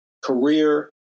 career